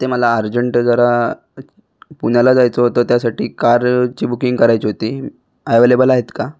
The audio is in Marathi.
ते मला अर्जंट जरा पुण्याला जायचं होतं त्यासाठी कारची बुकिंग करायची होती अवेलेबल आहेत का